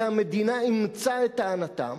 והמדינה אימצה את טענתם,